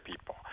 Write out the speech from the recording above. people